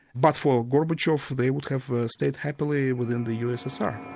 but for gorbachev, they would have stayed happily within the ussr.